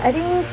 I think